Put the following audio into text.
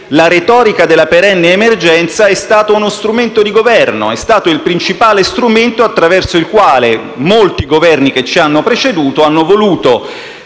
la retorica della perenne emergenza è stata uno strumento di governo; è stata il principale strumento attraverso il quale molti Governi che ci hanno preceduto hanno voluto